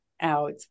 out